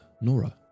Nora